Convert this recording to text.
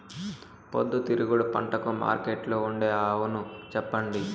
పొద్దుతిరుగుడు పంటకు మార్కెట్లో ఉండే అవును చెప్పండి?